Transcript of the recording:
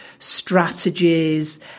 strategies